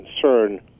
concern